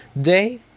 day